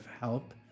help